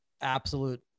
absolute